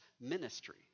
ministry